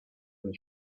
and